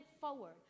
forward